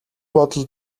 бодол